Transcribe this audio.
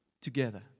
together